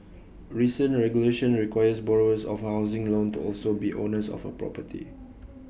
recent regulation requires borrowers of housing loan to also be owners of A property